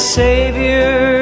savior